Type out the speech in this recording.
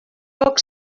poc